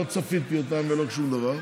לא צפיתי אותם ולא שום דבר?